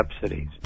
subsidies